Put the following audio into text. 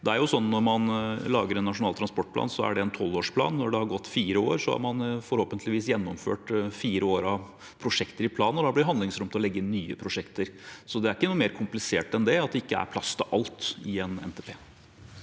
Når man lager en nasjonal transportplan, er det en tolvårsplan. Når det har gått fire år, har man forhåpentligvis gjennomført fire år med prosjekter i planen, og da blir det handlingsrom til å legge inn nye prosjekter. Det er ikke noe mer komplisert enn det – at det ikke er plass til alt i en NTP.